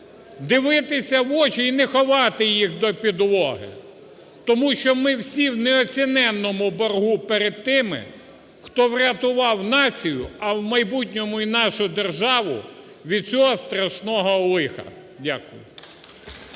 дивитися в очі і не ховати їх до підлоги, тому що ми всі в неоціненному боргу перед тим, хто врятував націю, а в майбутньому й нашу державу від цього страшного лиха. Дякую.